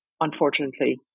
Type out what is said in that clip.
unfortunately